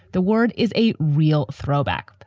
the word is a real throwback.